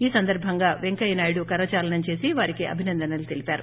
ఈ సందర్భంగా వెంకయ్యనాయుడు కరదాలనం చేసి వారికి అభినందనలు తెలిపారు